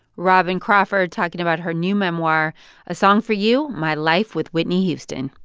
robyn crawford talking about her new memoir a song for you my life with whitney houston.